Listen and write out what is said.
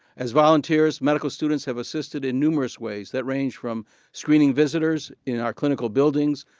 as volunteers, medical students have assisted in numerous ways that range from screening visitors in our clinical buildings,